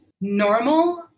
normal